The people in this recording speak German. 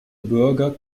bürger